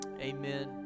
amen